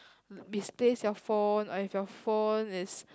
misplace your phone or your phone is